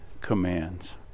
commands